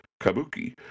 Kabuki